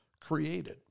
created